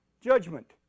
Judgment